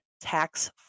tax